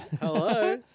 Hello